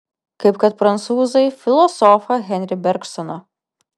kaip kad prancūzai filosofą henri bergsoną